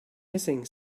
hissing